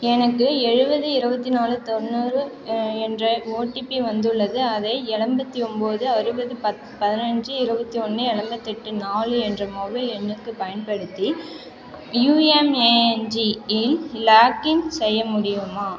எனக்கு எழுபது இருபத்திநாலு தொண்ணூறு என்ற ஓடிபி வந்துள்ளது அதை எழம்பத்தி ஒம்பது அறுபது பத் பதினஞ்சு இருபத்தி ஒன்று எழம்பத்தெட்டு நாலு என்ற மொபைல் எண்ணுக்குப் பயன்படுத்தி யூஎம்ஏஎன்ஜியில் லாகின் செய்ய முடியுமா